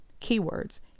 Keywords